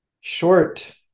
short